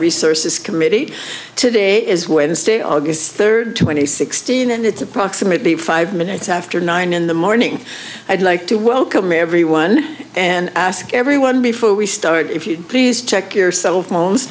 resources committee today is wednesday august third two thousand and sixteen and it's approximately five minutes after nine in the morning i'd like to welcome everyone and ask everyone before we start if you please check your cell phones